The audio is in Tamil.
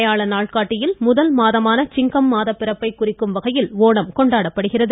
மலையாள நாள்காட்டியில் முதல் மாதமான சின்கம் மாத பிறப்பை குறிக்கும் வகையில் ஒணம் கொண்டாடப்படுகிறது